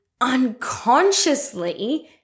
unconsciously